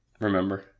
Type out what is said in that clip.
Remember